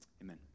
Amen